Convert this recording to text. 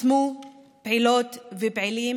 חסמו פעילות ופעילים